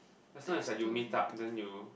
as long as like you meet up then you